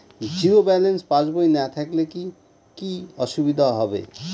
Zero balance পাসবই না থাকলে কি কী অসুবিধা হবে?